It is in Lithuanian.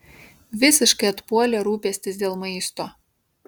visiškai atpuolė rūpestis dėl maisto